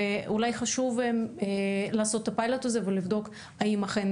ואולי חשוב לעשות את הפיילוט הזה ולבדוק האם אכן